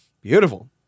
Beautiful